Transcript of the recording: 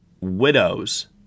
Widows